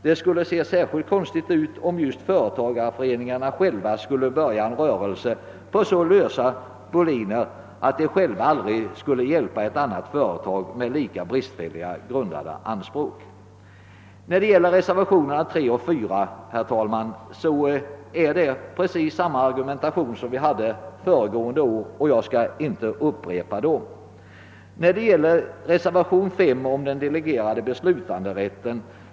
Det skulle se särskilt underligt ut, om just företagareföreningarna själva skulle börja en rörelse på så lösa boliner att de själva aldrig skulle hjälpa ett annat företag med lika bristfälligt grundade anspråk. Vad reservationerna 3 och 4 beträffar, herr talman, är argumenten desamma som föregående år och jag skall inte upprepa dem. Reservationen 5 rör den delegerade beslutanderätten.